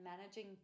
managing